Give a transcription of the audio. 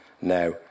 now